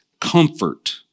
comfort